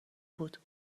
بود